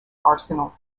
arsenal